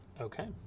Okay